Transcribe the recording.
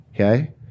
Okay